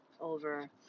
over